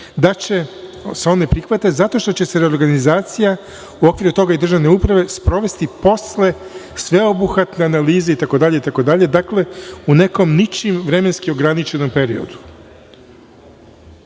da se on ne prihvata zato što će se reorganizacija u okviru toga i državne uprave sprovesti posle sveobuhvatne analize itd, itd, dakle, u nekom ničim vremenski ograničenom periodu.